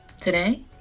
today